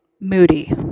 moody